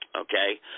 okay